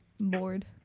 bored